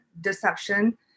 deception